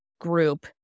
group